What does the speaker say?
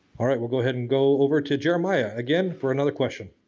all right we ll go ahead and go over to jeremiah again for another question.